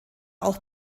auch